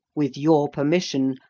with your permission,